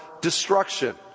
destruction